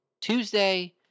Tuesday –